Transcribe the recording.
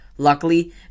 Luckily